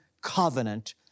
covenant